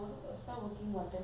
ten to seven everyday